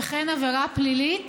וכן עבירה פלילית